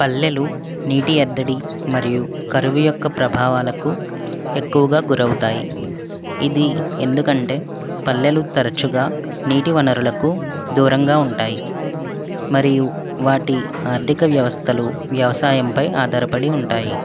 పల్లెలు నీటి ఎద్దడి మరియు కరివుయొక్క ప్రభావాలకు ఎక్కువగా గురవుతాయి ఇది ఎందుకంటే పల్లెలు తరచుగా నీటి వనరులకు దూరంగా ఉంటాయి మరియు వాటి ఆర్థిక వ్యవస్థలు వ్యవసాయంపై ఆధారపడి ఉంటాయి